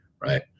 Right